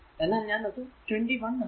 എന്നാൽ ഞാൻ അത് 21 ആക്കുന്നു